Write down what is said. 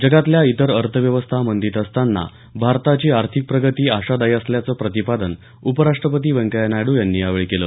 जगातल्या इतर अर्थव्यवस्था मंदीत असताना भारताची आर्थिक प्रगती आशादायी असल्याचं प्रतिपादन उपराष्ट्रपती व्यंकय्या नायडू यांनी यावेळी केलं